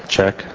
Check